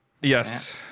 Yes